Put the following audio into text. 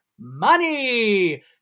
money